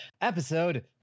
episode